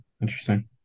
Interesting